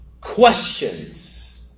questions